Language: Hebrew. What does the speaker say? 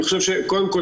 קודם כל,